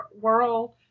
world